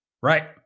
Right